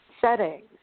settings